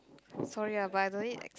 sorry ah but I don't need